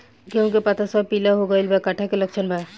गेहूं के पता सब पीला हो गइल बा कट्ठा के लक्षण बा?